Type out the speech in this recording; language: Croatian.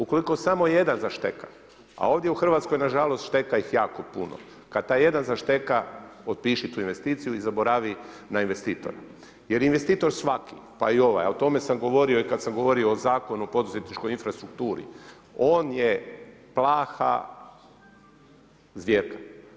Ukoliko samo jedan zašteka, a ovdje u Hrvatskoj nažalost šteka ih jako puno, kad taj jedan zašteka, otpiši tu investiciju i zaboravi na investitora jer investitor svaki pa i ovaj, o tome sam govorio i kad sam govorio o Zakonu o poduzetničkoj infrastrukturi, on je plaha zvjerka.